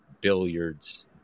Billiards